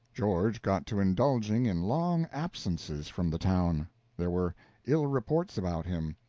george got to indulging in long absences from the town there were ill reports about him,